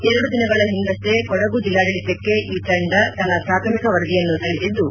ಎರಡು ದಿನಗಳ ಹಿಂದಪ್ಪೆ ಕೊಡಗು ಜಿಲ್ಲಾಡಳಿತಕ್ಕೆ ಈ ತಂಡ ತನ್ನ ಪ್ರಾಥಮಿಕ ವರದಿಯನ್ನು ಸಲ್ಲಿಸಿದ್ದು